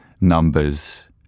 numbers